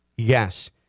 Yes